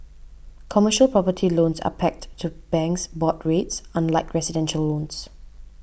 commercial property loans are pegged to banks' board rates unlike residential loans